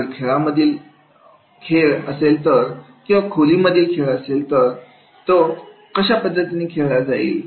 जर खोलीमधील खेळ असेल तर तो कशा पद्धतीने खेळला जाईल